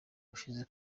ushize